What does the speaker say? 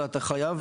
אבל אתה חייב,